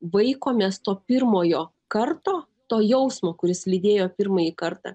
vaikomės to pirmojo karto to jausmo kuris lydėjo pirmąjį kartą